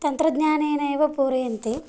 तन्त्रज्ञानेनैव पूरयन्ति